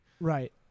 Right